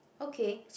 okay